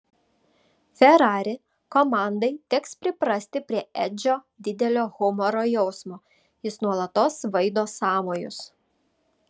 ferrari komandai teks priprasti prie edžio didelio humoro jausmo jis nuolatos svaido sąmojus